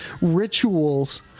rituals